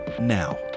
now